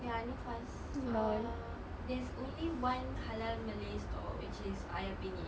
ya no fast err there's only one halal malay stall which is ayam penyet